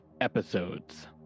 episodes